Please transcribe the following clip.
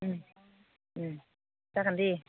उम उम जागोन दे